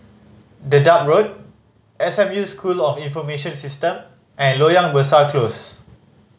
Dedap Road S M U School of Information System and Loyang Besar Close